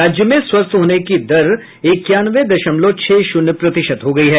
राज्य में स्वस्थ होने की दर इक्यानवे दशमलव छह शून्य प्रतिशत हो गयी है